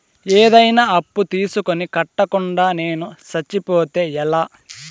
ఏదైనా అప్పు తీసుకొని కట్టకుండా నేను సచ్చిపోతే ఎలా